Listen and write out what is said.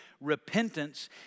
Repentance